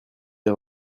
les